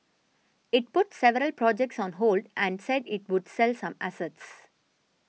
it put several projects on hold and said it would sell some assets